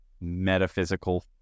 metaphysical